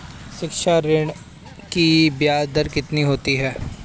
शिक्षा ऋण की ब्याज दर कितनी होती है?